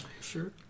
sure